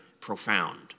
profound